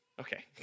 Okay